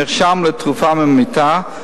מרשם לתרופה ממיתה,